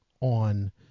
on